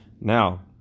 Now